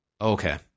Okay